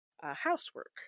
housework